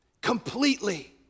completely